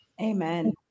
Amen